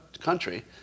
country